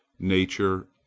nature,